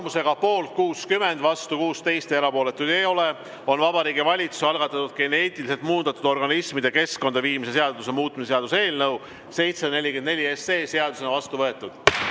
Tulemusega poolt 60, vastu 16, erapooletuid ei ole, on Vabariigi Valitsuse algatatud geneetiliselt muundatud organismide keskkonda viimise seaduse muutmise seaduse eelnõu 744 seadusena vastu võetud.